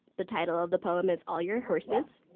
the title of the poem is all your horses.